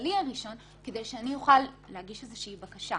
הכללי הראשון, כדי שאני אוכל להגיש איזושהי בקשה,